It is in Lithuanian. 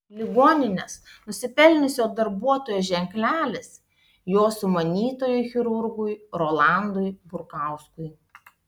ligoninės nusipelniusio darbuotojo ženklelis jo sumanytojui chirurgui rolandui burkauskui